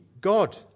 god